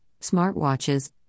smartwatches